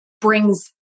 brings